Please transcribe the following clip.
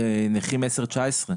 נכים 19%-10%,